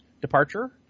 departure